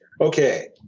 Okay